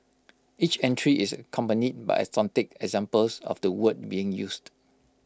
each entry is accompanied by authentic examples of the word being used